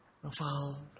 profound